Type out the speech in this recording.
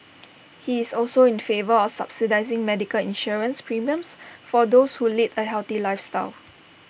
he is also in favour of subsidising medical insurance premiums for those who lead A healthy lifestyle